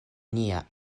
nenia